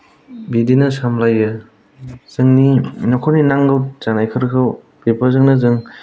बिदिनो सामलायो जोंनि न'खरनि नांगौ जानायफोरखौ बेफोरजोंनो जों